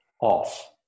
off